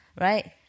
right